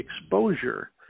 exposure